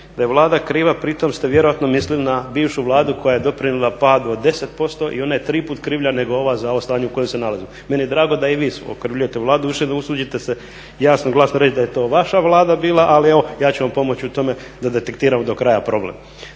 da je Vlada kriva pritom ste vjerojatno mislili na bivšu Vladu koja je doprinijela padu od 10% i ona je tri puta krivlja nego ova za ovo stanje u kojem se nalazimo. Meni je drago da i vi okrivljujete Vladu, doduše ne usudite se jasno i glasno reći da je to vaša Vlada bila ali evo ja ću vam pomoći u tome da detektiramo do kraja problem.